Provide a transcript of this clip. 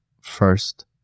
first